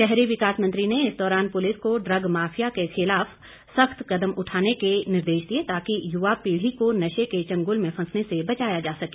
शहरी विकास मंत्री ने इस दौरान पुलिस को ड्रग माफिया के खिलाफ सख्त कदम उठाने के निर्देश दिए ताकि युवा पीढ़ी को नशे के चंगुल में फंसने से बचाया जा सके